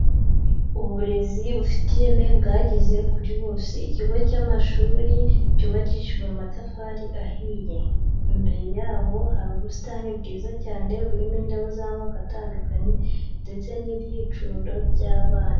Uburezi bufite ireme bwageze kuri bose, ikigo cy'amashuri cyubakishijwe amatafari ahiye imbere yaho hari ubusitani bwiza cyane burimo indabo z'amoko atandukanye ndetse n'ibyicundo by'abana.